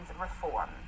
reform